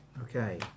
okay